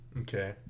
Okay